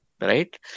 right